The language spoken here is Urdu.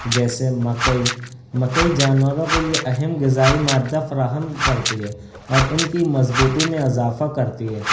جیسے مکئی مکئی جانوروں کے لیے اہم غذائی مادہ فراہم کرتی ہے اور ان کی مضبوطی میں اضافہ کرتی ہے